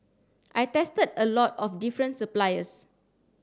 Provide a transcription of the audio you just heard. I tested a lot of different suppliers